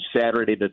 Saturday